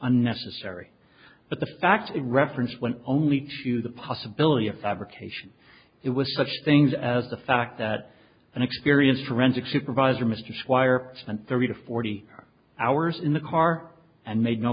unnecessary but the fact it reference went only to the possibility of fabrication it was such things as the fact that an experienced forensic supervisor mr swire spent thirty to forty hours in the car and made no